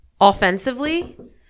offensively